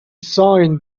signed